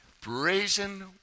brazen